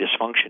dysfunction